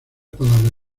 palabras